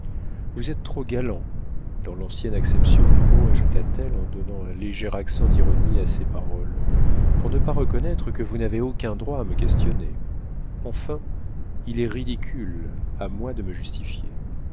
vous êtes trop galant dans l'ancienne acception du mot ajouta-t-elle en donnant un léger accent d'ironie à ses paroles pour ne pas reconnaître que vous n'avez aucun droit à me questionner enfin il est ridicule à moi de me justifier